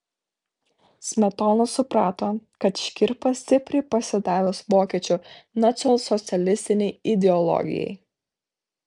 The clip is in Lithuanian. smetona suprato kad škirpa stipriai pasidavęs vokiečių nacionalsocialistinei ideologijai